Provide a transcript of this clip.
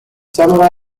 samurai